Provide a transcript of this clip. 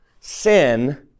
Sin